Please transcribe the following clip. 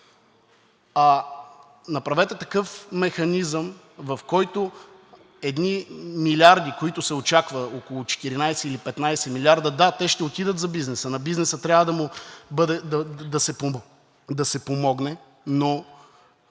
а направете такъв механизъм, в който едни милиарди, които се очаква – около 14 или 15 милиарда, да, те ще отидат за бизнеса, на бизнеса трябва да му се помогне, но